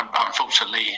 unfortunately